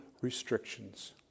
restrictions